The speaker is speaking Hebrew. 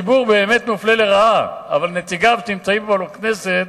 באמת מופלה לרעה, אבל נציגיו שנמצאים פה בכנסת,